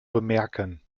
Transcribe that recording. bemerken